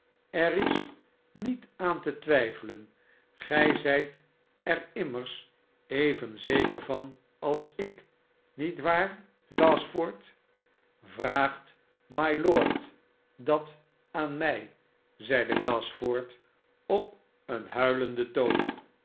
er is niet aan te twijfelen gij zijt er immers even zeker van als ik niet waar gashford svraagt mylord dat aan mij zeide gashford op een huilenden toon